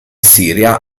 siria